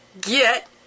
get